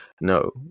No